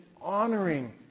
honoring